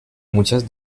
muchas